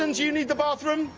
um do you need the bathroom?